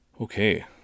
Okay